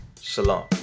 Shalom